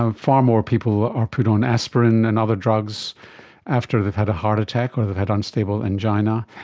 um far more people are put on aspirin and other drugs after they've had a heart attack or they've had unstable angina.